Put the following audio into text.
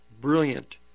Brilliant